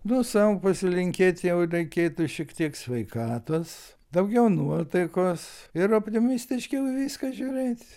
nu sau pasilinkėt jau reikėtų šiek tiek sveikatos daugiau nuotaikos ir optimistiškiau į viską žiūrėt